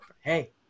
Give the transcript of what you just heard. hey